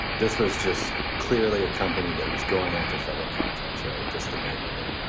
this was just clearly a company that was going after federal contracts. right? just the name of it.